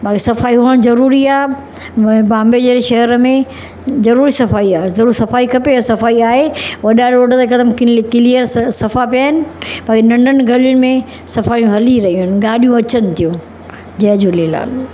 बाक़ी सफ़ाई हुजनि जरूरी आहे मुम्बई जहिड़े शहर में जरूर सफ़ाई आहे ज़रूर सफ़ाई खपे ऐं सफ़ाई आहे वॾा रोड त हिकदमि क्ली क्लीअर स सफ़ा पिया आहिनि पर हीअ नंढनि गलीयुनि में सफ़ाईयूं हली रहियूं आहिनि गाॾियूं अचनि थियूं जय झूलेलाल